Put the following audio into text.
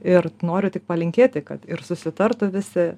ir noriu tik palinkėti kad ir susitartų visi